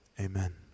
Amen